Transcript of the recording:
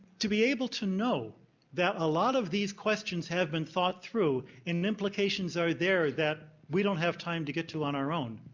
to be able to know that a lot of these questions have been thought through and implications are there that we don't have time to get to on our own,